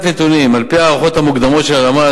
נתונים: על-פי ההערכות המוקדמות של הלשכה